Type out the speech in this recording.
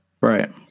Right